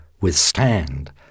withstand